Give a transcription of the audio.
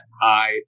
high